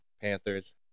Panthers